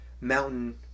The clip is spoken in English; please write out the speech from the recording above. mountain